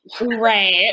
Right